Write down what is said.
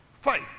Fight